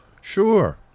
Sure